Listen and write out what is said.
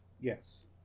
Yes